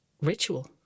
ritual